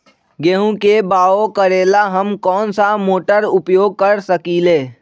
गेंहू के बाओ करेला हम कौन सा मोटर उपयोग कर सकींले?